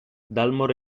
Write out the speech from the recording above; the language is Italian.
dalmor